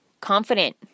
confident